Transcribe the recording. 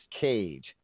Cage